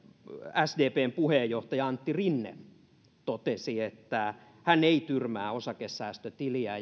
sdpn puheenjohtaja antti rinne totesi että hän ei tyrmää osakesäästötiliä